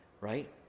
right